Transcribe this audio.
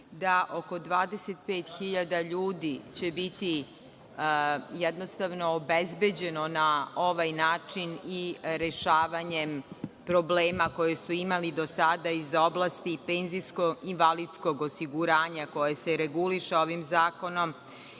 da oko 25 hiljada ljudi će biti jednostavno obezbeđeno na ovaj način i rešavanjem problema koje su imali do sada iz oblasti penzijsko-invalidskog osiguranja, koje se reguliše ovim zakonom,